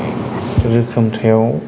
रोखोमथायाव